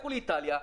לכו לאיטליה,